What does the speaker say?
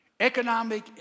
Economic